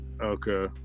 Okay